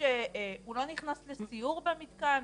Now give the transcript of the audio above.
הוא לא נכנס לסיור במתקן,